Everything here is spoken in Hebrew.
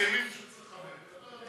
על ההסכמים שצריך לכבד.